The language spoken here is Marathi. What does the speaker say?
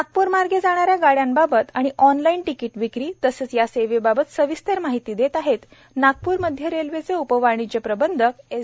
नागप्र मार्ग जाणाऱ्या गाड्यांबाबत आणि ऑनलाइन तिकीट विक्री तसेच या सेवेबाबत सविस्तर माहिती देत आहेत नागपुर मध्य रेल्वेचे उप वाणिज्य प्रबंधक एस